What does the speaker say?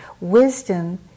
Wisdom